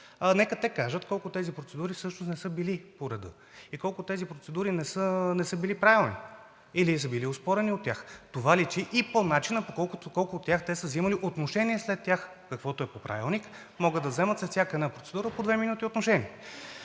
Нека те кажат колко от тези процедури не са били по реда и колко не са били правилни, или са били оспорени от тях. Това личи и по начина по колко от тях те са вземали отношение след тях, каквото е по Правилник. Могат да вземат след всяка една процедура по две минути отношение.